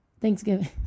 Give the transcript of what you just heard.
Thanksgiving